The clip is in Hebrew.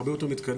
הרבה יותר מתקדם.